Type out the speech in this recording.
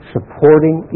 Supporting